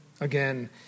Again